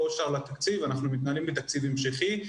לא אושר לה תקציב ואנחנו מתנהלים בתקציב המשכי.